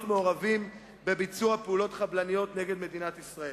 מעורבים בביצוע פעילויות חבלניות נגד מדינת ישראל.